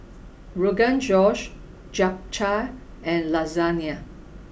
Rogan Josh Japchae and Lasagne